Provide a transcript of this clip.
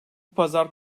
pazar